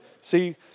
see